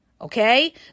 okay